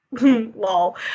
lol